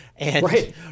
right